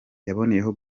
yaboneyeho